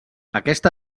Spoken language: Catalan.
aquesta